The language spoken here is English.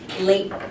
late